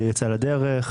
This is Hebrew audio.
זה יצא לדרך.